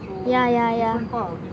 yeah yeah yeah